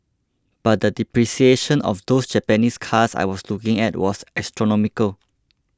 but the depreciation of those Japanese cars I was looking at was astronomical